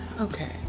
okay